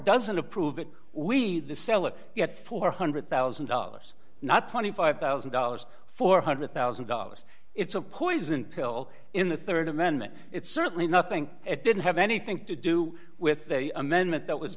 doesn't approve it we the seller gets four hundred thousand dollars not twenty five thousand dollars four hundred thousand dollars it's a poison pill in the rd amendment it's certainly nothing it didn't have anything to do with the amendment that was